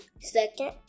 Second